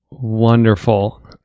Wonderful